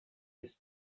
his